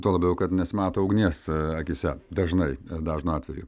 tuo labiau kad nesimato ugnies akyse dažnai dažnu atveju